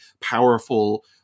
powerful